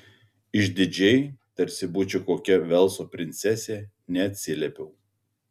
išdidžiai tarsi būčiau kokia velso princesė neatsiliepiau